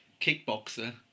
kickboxer